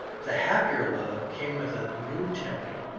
the happier love came with a new temple,